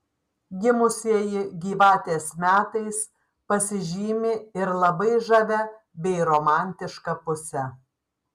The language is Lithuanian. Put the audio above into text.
gimusieji gyvatės metais pasižymi ir labai žavia bei romantiška puse